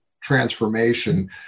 transformation